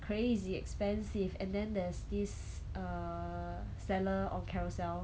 crazy expensive and then there's this err seller on carousell